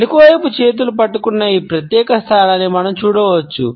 వెనుక వైపు చేతులు పట్టుకున్న ఈ ప్రత్యేక స్థానాన్ని మనం చూడవచ్చు